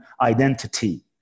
identity